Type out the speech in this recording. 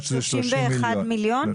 הסכום הוא 31 מיליון שקלים.